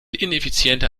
ineffizienter